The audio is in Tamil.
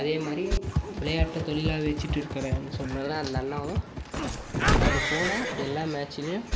அதே மாதிரி விளையாட்டை தொழிலாக வச்சிகிட்டு இருக்கறேன் சொன்னலன் அந்த அண்ணாவும் அவர் போன எல்லா மேட்ச்லையும்